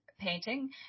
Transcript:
painting